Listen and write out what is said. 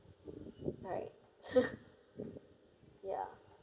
right ya